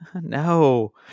No